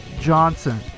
Johnson